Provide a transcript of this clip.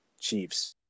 Chiefs